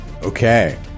Okay